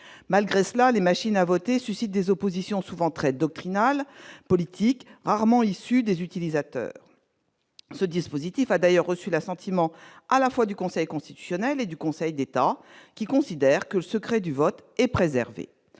malgré cela, les machines à voter suscite des oppositions souvent très doctrinal, politique rarement issus des utilisateurs, ce dispositif a d'ailleurs reçu l'assentiment à la fois du Conseil constitutionnel et du Conseil d'État, qui considère que le secret du vote et préservé